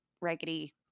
raggedy